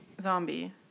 Zombie